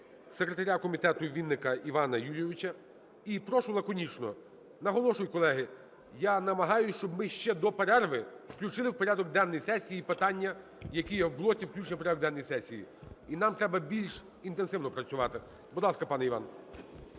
секретаря комітету Вінника Івана Юлійовича. І прошу лаконічно. Наголошую, колеги, я намагаюся, щоб ми ще до перерви включили у порядок денний сесії питання, які є в блоці включення в порядок денний сесії. І нам треба більш інтенсивно працювати. Будь ласка, пане Іване.